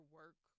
work